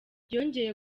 yongeye